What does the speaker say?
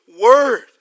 word